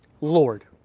Lord